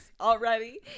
already